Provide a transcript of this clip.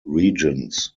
regions